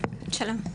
ברשותך,